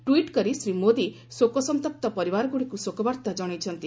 tweet କରି ଶ୍ରୀ ମୋଦି ଶୋକସନ୍ତପ୍ତ ପରିବାରଗୁଡ଼ିକୁ ଶୋକବାର୍ତ୍ତା ଜଣାଇଛନ୍ତି